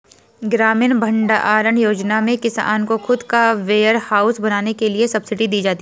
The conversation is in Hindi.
ग्रामीण भण्डारण योजना में किसान को खुद का वेयरहाउस बनाने के लिए सब्सिडी दी जाती है